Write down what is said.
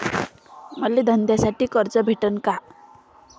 मले धंद्यासाठी कर्ज भेटन का?